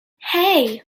hey